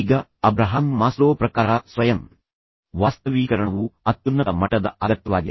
ಈಗ Abraham Maslow ಅವರ ಪ್ರಕಾರ ಸ್ವಯಂ ವಾಸ್ತವೀಕರಣವು ಇದು ಬೆಳವಣಿಗೆಯ ಅತ್ಯುನ್ನತ ಮಟ್ಟದ ಅಗತ್ಯವಾಗಿದೆ